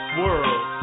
world